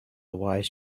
wise